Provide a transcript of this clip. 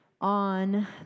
on